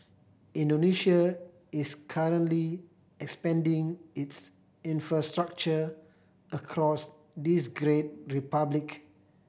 Indonesia is currently expanding its infrastructure across this great republic